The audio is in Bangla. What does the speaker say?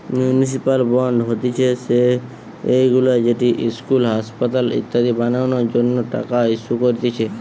মিউনিসিপাল বন্ড হতিছে সেইগুলা যেটি ইস্কুল, আসপাতাল ইত্যাদি বানানোর জন্য টাকা ইস্যু করতিছে